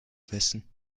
wissen